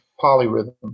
polyrhythm